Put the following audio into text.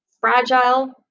fragile